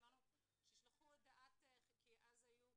זהו דיון חמישי.